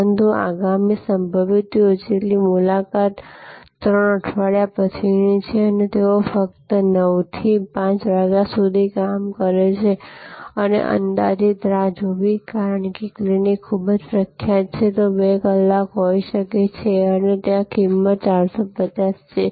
પરંતુ આગામી સંભવિત યોજેલી મુલાકાત 3 અઠવાડિયા પછીની છે અને તેઓ ફક્ત 9 થી 5 વાગ્યા સુધી કામ કરે છે અને અંદાજિત રાહ જોવી કારણ કે તે ક્લિનિક ખૂબ જ પ્રખ્યાત છે તે 2 કલાકનો હોઈ શકે છે અને ત્યાં કિંમત 450 છે